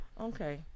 Okay